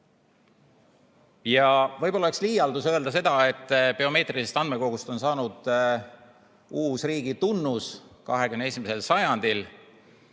Võib-olla oleks liialdus öelda seda, et biomeetrilisest andmekogust on saanud uus riigi tunnus 21. sajandil,